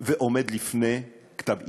ועומד לפני כתב אישום.